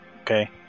Okay